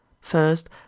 First